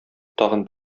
тагын